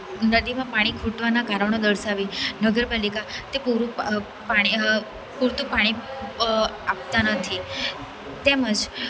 નદીમાં પાણી ખૂટવાનાં કારણો દર્શાવી નગરપાલિકા તે પૂરું પાણી પૂરતું પાણી આપતાં નથી તેમજ